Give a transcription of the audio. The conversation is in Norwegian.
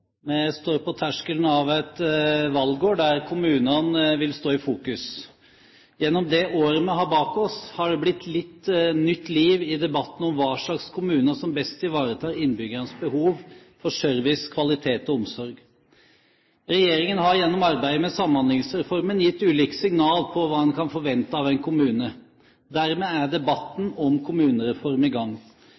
Vi står på terskelen av et valgår der kommunene vil stå i fokus. Gjennom det året vi har bak oss, har det blitt litt nytt liv i debatten om hva slags kommuner som best ivaretar innbyggernes behov for service, kvalitet og omsorg. Regjeringen har gjennom arbeidet med Samhandlingsreformen gitt ulike signaler på hva en kan forvente av en kommune. Dermed er debatten om kommunereform i gang.